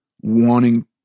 wanting